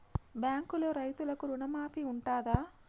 బ్యాంకులో రైతులకు రుణమాఫీ ఉంటదా?